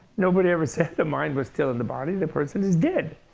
nobody ever said the mind was still in the body. the person is dead.